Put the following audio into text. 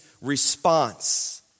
response